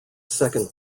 second